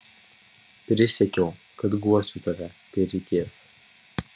prisiekiau kad guosiu tave kai reikės